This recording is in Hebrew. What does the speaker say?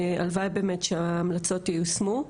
הלוואי באמת שההמלצות ייושמו.